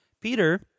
Peter